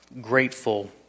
grateful